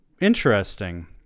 interesting